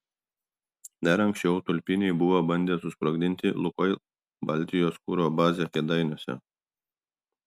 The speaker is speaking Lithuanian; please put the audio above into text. dar anksčiau tulpiniai buvo bandę susprogdinti lukoil baltijos kuro bazę kėdainiuose